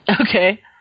Okay